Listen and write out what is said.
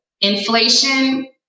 Inflation